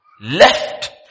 left